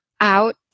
out